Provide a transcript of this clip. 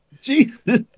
Jesus